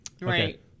Right